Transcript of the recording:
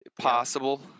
possible